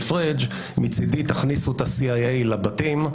פריג': מצדי תכניסו את ה-CIA לבתים,